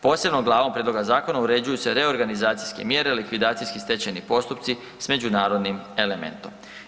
Posebnom glavom prijedloga zakona određuju se reorganizacijske mjere, likvidacijski stečajni postupci s međunarodnim elementom.